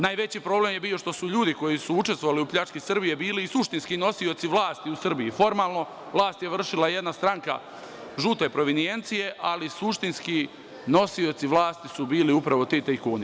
Najveći problem je bio što su ljudi koji su učestvovali u pljački Srbije bili suštinski nosioci vlasti u Srbiji, a formalno vlast je vršila jedna stranka žute provenijencije, ali suštinski nosioci vlasti su bili upravo ti tajkuni.